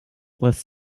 less